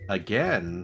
again